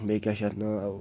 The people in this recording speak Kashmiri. بیٚیہِ کیٛاہ چھِ اتھ ناو